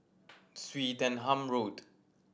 Swettenham Road